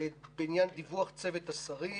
בעניין דיווח צוות השרים,